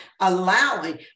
allowing